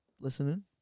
Listening